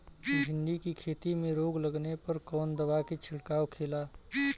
भिंडी की खेती में रोग लगने पर कौन दवा के छिड़काव खेला?